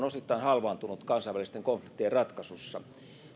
osittain halvaantunut kansainvälisten konfliktien ratkaisussa